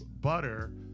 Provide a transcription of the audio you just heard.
Butter